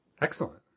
Excellent